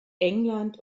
england